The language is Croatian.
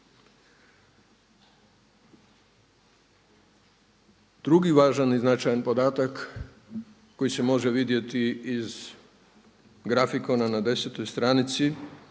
Drugi važan i značajan podatak koji se može vidjeti iz grafikona na 10. stranici